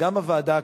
גם הוועדה,